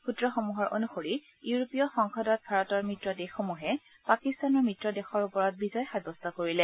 সূত্ৰসমূহৰ অনুসৰি ইউৰোপীয় সংসদত ভাৰতৰ মিত্ৰ দেশসমূহে পাকিস্তানৰ মিত্ৰ দেশৰ ওপৰত বিজয় সাব্যস্ত কৰিলে